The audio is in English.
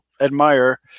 admire